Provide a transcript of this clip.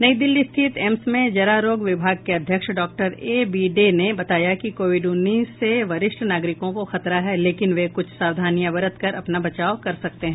नई दिल्ली स्थित एम्स में जरा रोग विभाग के अध्यक्ष डॉक्टर ए बी डे ने बताया कि कोविड उन्नीस से वरिष्ठ नागरिकों को खतरा है लेकिन वे कुछ सावधानियां बरत कर अपना बचाव कर सकते हैं